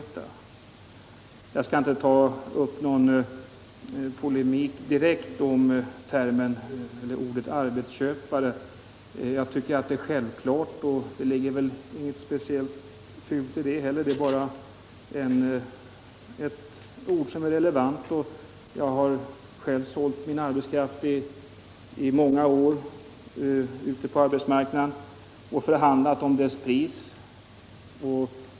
Jag skall inte ta upp någon polemik direkt om ordet arbetsköpare. Jag tycker att det ordet är självklart. och det ligger väl inte heller något specieilt fult i det; det är bara ett relevant ord. Jag har själv sålt min arbetskraft i många år ute på arbetsmarknaden och förhandlat om dess pris.